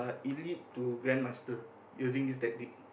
elite to grandmaster using this tactic